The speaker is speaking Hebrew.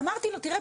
אמרתי לו תראה,